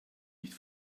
nicht